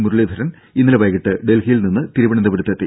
മുരളീധരൻ ഇന്നലെ വൈകീട്ട് ഡൽഹിയിൽ നിന്ന് തിരുവനന്തപുരത്തെത്തി